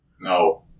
No